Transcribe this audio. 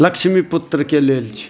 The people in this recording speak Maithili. लक्ष्मीपुत्रके लेल छै